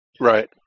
Right